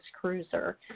cruiser